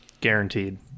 guaranteed